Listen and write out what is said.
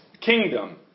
kingdom